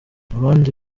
abandi